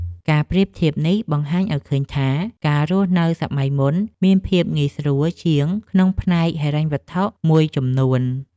ការប្រៀបធៀបនេះបង្ហាញឱ្យឃើញថា ការរស់នៅសម័យមុនមានភាពងាយស្រួលជាងក្នុងផ្នែកហិរញ្ញវត្ថុមួយចំនួន។